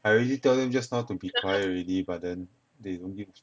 I already tell them just now to be quiet already but then they don't give a shit